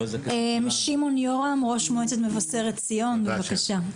שמעון יורם, ראש מועצת מבשרת ציון, בבקשה.